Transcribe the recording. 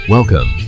Welcome